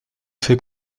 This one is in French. fait